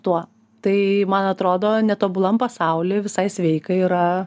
tuo tai man atrodo netobulam pasauliui visai sveika yra